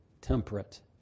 temperate